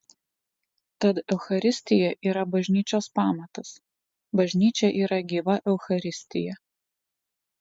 tad eucharistija yra bažnyčios pamatas bažnyčia yra gyva eucharistija